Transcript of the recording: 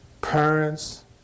Parents